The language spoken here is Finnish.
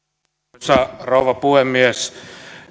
arvoisa rouva puhemies